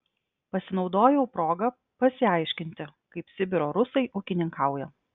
pasinaudojau proga pasiaiškinti kaip sibiro rusai ūkininkauja